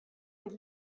und